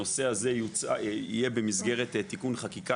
הנושא הזה יהיה במסגרת תיקון חקיקה